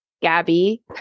Gabby